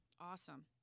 Awesome